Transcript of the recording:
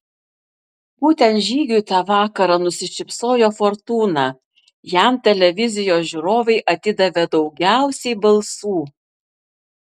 būtent žygiui tą vakarą nusišypsojo fortūna jam televizijos žiūrovai atidavė daugiausiai balsų